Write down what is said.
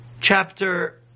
Chapter